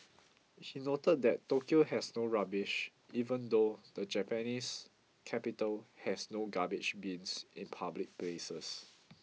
he noted that Tokyo has no rubbish even though the Japanese capital has no garbage bins in public places